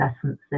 essences